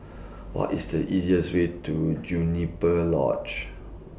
What IS The easiest Way to Juniper Lodge